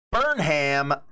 Burnham